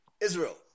Israel